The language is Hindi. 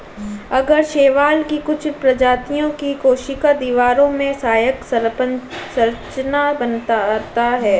आगर शैवाल की कुछ प्रजातियों की कोशिका दीवारों में सहायक संरचना बनाता है